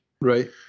Right